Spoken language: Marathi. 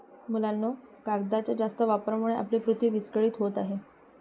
मुलांनो, कागदाच्या जास्त वापरामुळे आपली पृथ्वी विस्कळीत होत आहे